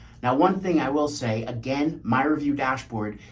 now one thing i will say again, my review dashboard,